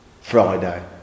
friday